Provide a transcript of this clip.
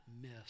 miss